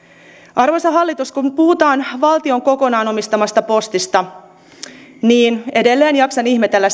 arvoisa hallitus kun kun puhutaan valtion kokonaan omistamasta postista niin edelleen jaksan ihmetellä